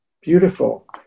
beautiful